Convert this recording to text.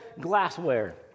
glassware